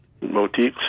motifs